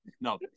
no